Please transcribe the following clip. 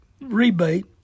rebate